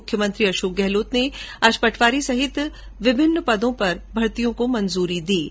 मुख्यमंत्री अशोक गहलोत ने आज पटवारी सहित अन्य विभिन्न पदों पर भर्तियों को मंजूरी दी है